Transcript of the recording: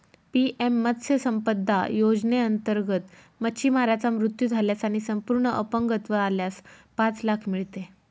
PM मत्स्य संपदा योजनेअंतर्गत, मच्छीमाराचा मृत्यू झाल्यास आणि संपूर्ण अपंगत्व आल्यास पाच लाख मिळते